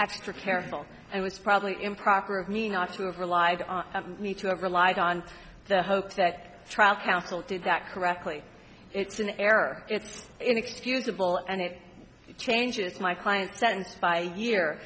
extra careful and it's probably improper of me not to have relied on me to have relied on the hope that trial counsel to that correctly it's an error it's inexcusable and it changes my client's sentence by year